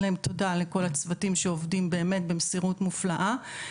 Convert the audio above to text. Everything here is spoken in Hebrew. להם תודה לכל הצוותים שעובדים באמת במסירות מופלאה,